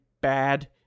bad